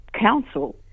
council